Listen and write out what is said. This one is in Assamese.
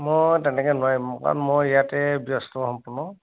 মই তেনেকে নোৱাৰিম কাৰণ মই ইয়াতে ব্যস্ত সম্পূৰ্ণ